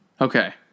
okay